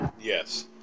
Yes